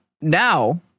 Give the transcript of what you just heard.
Now